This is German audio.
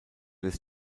des